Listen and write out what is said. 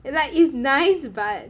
like is nice but